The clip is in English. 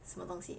什么东西